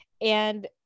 and-